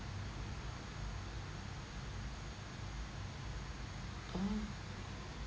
oh